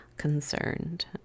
concerned